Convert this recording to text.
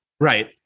right